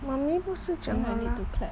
mommy 不是讲好吗